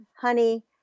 honey